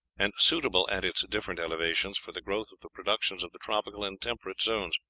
and suitable at its different elevations for the growth of the productions of the tropical and temperate zones.